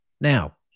Now